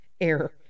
air